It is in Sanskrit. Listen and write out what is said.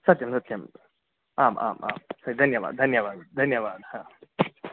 सत्यं सत्यम् आम् आम् आं धन्यवा धन्यवा धन्यवादः हा